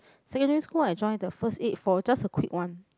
secondary school I join the first eight for just a quick one